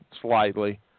slightly